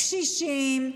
קשישים,